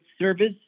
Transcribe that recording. service